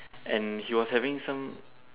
and he was having some